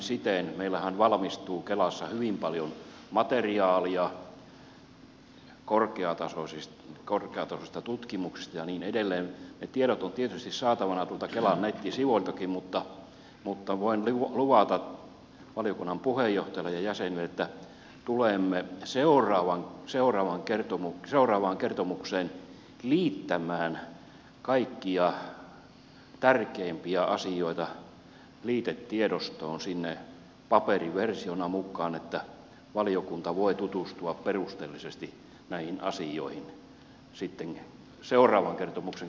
meillähän valmistuu kelassa hyvin paljon materiaalia korkeatasoisista tutkimuksista ja niin edelleen ne tiedot ovat tietysti saatavina tuolta kelan nettisivuiltakin mutta voimme luvata valiokunnan puheenjohtajalle ja jäsenille että tulemme seuraavaan kertomukseen liittämään kaikkia tärkeimpiä asioita liitetiedostoon paperiversiona mukaan että valiokunta voi tutustua perusteellisesti näihin asioihin sitten seuraavan kertomuksen käsittelyn aikana